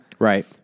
Right